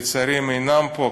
לצערי הם אינם פה.